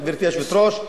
גברתי היושבת-ראש,